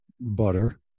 butter